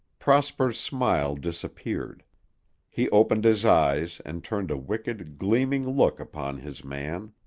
prosper's smile disappeared he opened his eyes and turned a wicked, gleaming look upon his man.